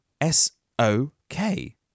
S-O-K